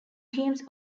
teams